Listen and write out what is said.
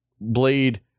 Blade